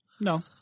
No